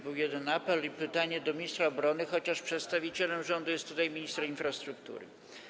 Był jeden apel i było jedno pytanie do ministra obrony, chociaż przedstawicielem rządu jest tutaj minister infrastruktury.